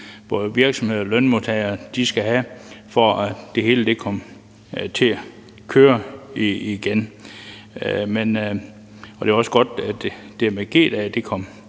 både virksomheder og lønmodtagere skal have, så det hele kommer til at køre igen. Det er også godt, at det med G-dage –